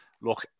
look